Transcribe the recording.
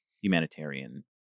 humanitarian